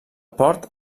port